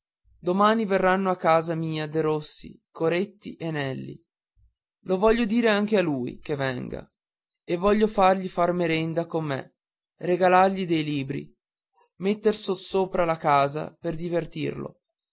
domani verranno a casa mia derossi coretti e nelli lo voglio dire anche a lui che venga e voglio fargli far merenda con me regalargli dei libri metter sossopra la casa per divertirlo